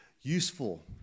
useful